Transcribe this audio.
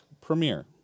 premiere